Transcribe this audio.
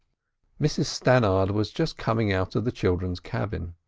mrs stannard was just coming out of the children's cabin.